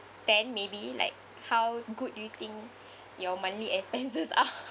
ten maybe like how good do you think your monthly expenses are